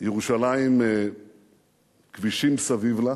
ירושלים כבישים סביב לה,